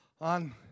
on